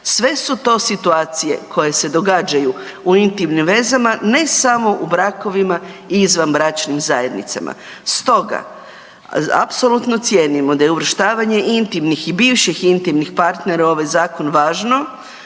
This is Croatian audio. Sve su to situacije koje se događaju u intimnim vezama, ne samo u brakovima i izvanbračnim zajednicama. Stoga, apsolutno cijenimo da je uvrštavanje intimnih i bivših intimnih partnera u ovaj zakon važno